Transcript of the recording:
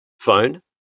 Phone